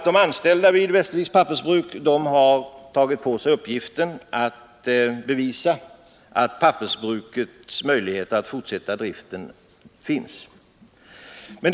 De anställda vid Westerviks Pappersbruk har tagit på sig uppgiften att bevisa att möjlighet att fortsätta driften vid pappersbruket finns.